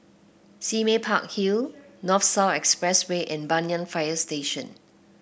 Sime Park Hill North South Expressway and Banyan Fire Station